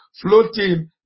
floating